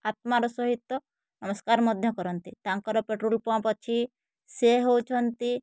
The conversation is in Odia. ଆତ୍ମାର ସହିତ ନମସ୍କାର ମଧ୍ୟ କରନ୍ତି ତାଙ୍କର ପେଟ୍ରୋଲ୍ ପମ୍ପ୍ ଅଛି ସେ ହେଉଛନ୍ତି